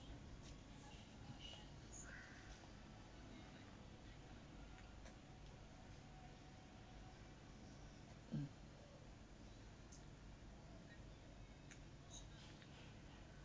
mm